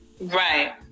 Right